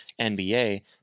NBA